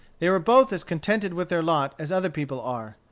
they were both as contented with their lot as other people are.